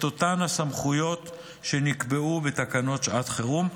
את אותן סמכויות שנקבעו בתקנות לשעת חירום.